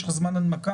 יש לך זמן הנמקה,